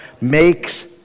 makes